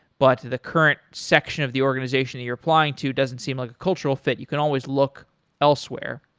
but the current section of the organization that you're applying to doesn't seem like a cultural fit. you can always look elsewhere.